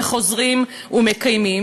וחוזרים ומקיימים,